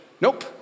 nope